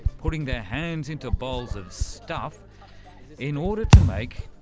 putting their hands into bowls of stuff in order to make,